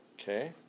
Okay